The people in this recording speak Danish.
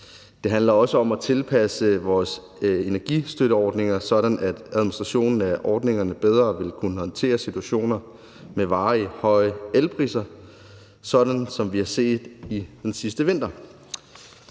Det handler også om at tilpasse vores energistøtteordninger, sådan at administrationen af ordningerne bedre vil kunne håndtere situationer med varigt høje elpriser, sådan som vi har set sidste vinter,